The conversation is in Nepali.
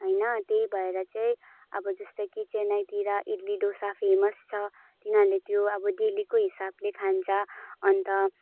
होइन त्यही भएर चाहिँ अब जस्तै कि चेन्नईतिर इडली डोसा फेमस छ तिनीहरूले त्यो अब डेलीको हिसाबले खान्छ अन्त